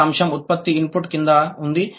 మొదటి అంశం ఉత్పత్తి ఇన్పుట్ క్రింద ఉంది